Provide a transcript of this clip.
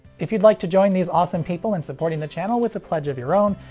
if you'd like to join these awesome people in supporting the channel with a pledge of your own,